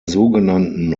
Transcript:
sogenannten